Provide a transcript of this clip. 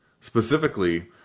Specifically